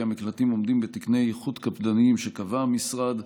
המקלטים עומדים בתקני איכות קפדניים שקבע המשרד,